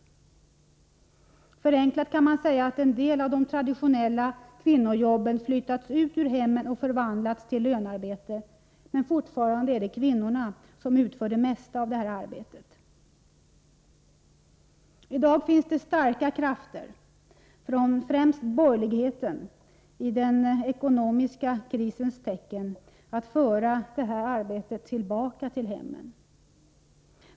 Förenklat kan man säga att en del av de traditionella kvinnojobben flyttats ut ur hemmen och förvandlats till lönarbete — men fortfarande är det kvinnorna som utför det mesta av detta arbete. I dag finns det starka krafter främst från de borgerliga, i den ekonomiska krisens tecken som vill föra detta arbete tillbaka till hemmen.